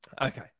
Okay